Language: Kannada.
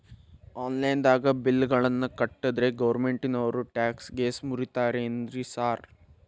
ಆನ್ಲೈನ್ ದಾಗ ಬಿಲ್ ಗಳನ್ನಾ ಕಟ್ಟದ್ರೆ ಗೋರ್ಮೆಂಟಿನೋರ್ ಟ್ಯಾಕ್ಸ್ ಗೇಸ್ ಮುರೇತಾರೆನ್ರಿ ಸಾರ್?